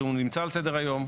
שהוא נמצא על סדר היום.